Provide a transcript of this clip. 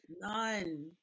None